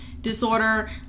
disorder